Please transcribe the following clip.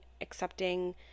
accepting